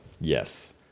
Yes